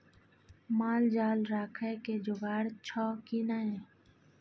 माल जाल राखय के जोगाड़ छौ की नै